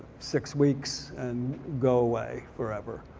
six weeks and go away forever.